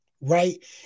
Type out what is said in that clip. right